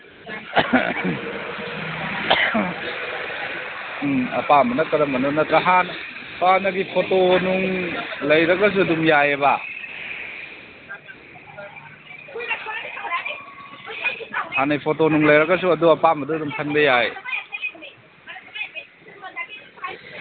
ꯎꯝ ꯑꯄꯥꯝꯕꯅ ꯀꯔꯝꯕ ꯅꯠꯇ꯭ꯔ ꯍꯥꯟꯅꯒꯤ ꯐꯣꯇꯣꯅꯨꯡ ꯂꯩꯔꯒꯁꯨ ꯑꯗꯨꯝ ꯌꯥꯏꯌꯦꯕ ꯍꯥꯟꯅꯒꯤ ꯐꯣꯇꯣꯅꯨꯡ ꯂꯩꯔꯒꯁꯨ ꯑꯗꯨ ꯑꯄꯥꯝꯕꯗꯨ ꯑꯗꯨꯝ ꯈꯟꯕ ꯌꯥꯏ